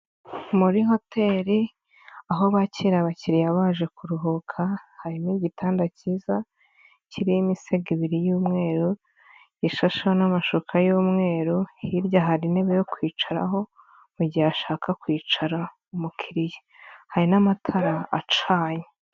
Muri hotel aho bakira abakiriya baje kuruhuka harimo igitanda cyiza kiriho imisego ibiri y'umweru ishasheho n'amashuka y'umweru hirya hari intebe yo kwicaraho mu gihe ashaka kwicara umukiriya hari n'amatara acaye.